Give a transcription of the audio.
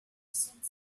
seemed